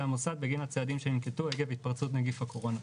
המוסד בגין הצעדים שננקטו עקב התפרצות נגיף הקורונה.